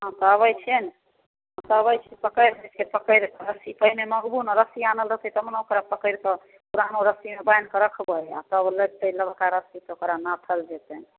हँ तऽ अबै छियै ने ओतय अबै छी पकड़िकऽ पकड़िकऽ रस्सी पहिने मङ्गबूने रस्सी आनल रहतै तबने ओकरा पकड़िके आनल रस्सीमे बान्हिके रखबै आओर तब लेतै नबका रस्सी तऽ ओकरा नाथल जेतनि